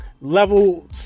level